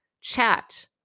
chat